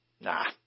Nah